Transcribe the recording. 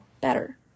better